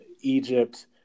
Egypt